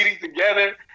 together